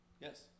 Yes